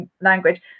language